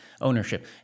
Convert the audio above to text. ownership